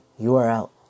URL